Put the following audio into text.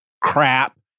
crap